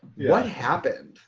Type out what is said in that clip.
what happened?